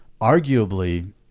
arguably